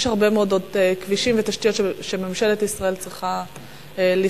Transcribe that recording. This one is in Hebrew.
יש עוד הרבה מאוד כבישים ותשתיות שממשלת ישראל צריכה לסלול.